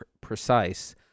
precise